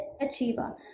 achiever